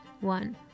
one